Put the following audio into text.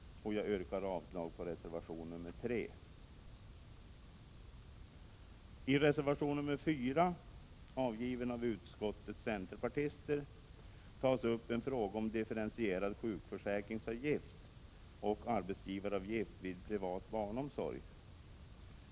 Jag yrkar avslag på reservation nr 3. I reservation nr 4, avgiven av utskottets centerpartister, tas en fråga om differentierad sjukförsäkringsavgift och arbetsgivaravgift vid privat barnomsorg upp.